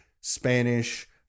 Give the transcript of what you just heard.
Spanish